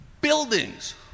buildings